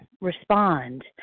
respond